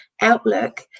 outlook